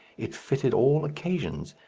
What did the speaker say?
it fitted all occasions,